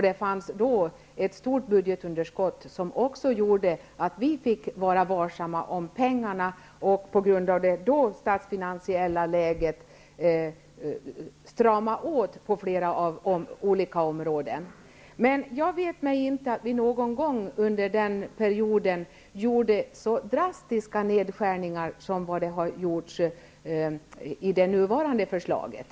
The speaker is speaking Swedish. Det fanns då ett stort budgetunderskott som gjorde att vi fick vara varsamma med pengarna. På grund av det statsfinansiella läget fick vi strama åt på olika områden. Men jag vet inte med mig att vi någon gång under den perioden gjorde så drastiska nedskärningar som de som föreslås i det nu föreliggande förslaget.